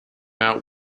out